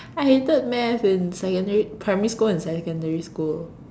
I hated math in secondary primary school and secondary school